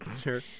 Sure